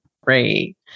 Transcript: Great